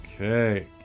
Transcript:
okay